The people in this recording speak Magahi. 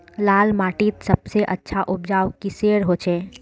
लाल माटित सबसे अच्छा उपजाऊ किसेर होचए?